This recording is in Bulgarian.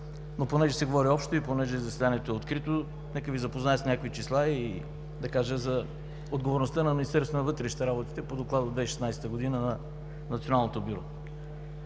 Но понеже се говори общо и заседанието е открито, нека Ви запозная с някои числа и да кажа за отговорността на Министерството на вътрешните работи по Доклада от 2016 г. на Националното бюро.